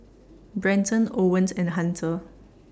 Brenton Owens and Hunter